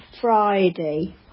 Friday